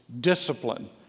discipline